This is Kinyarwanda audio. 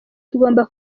tugomba